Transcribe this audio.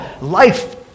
Life